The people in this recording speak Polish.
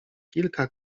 kilka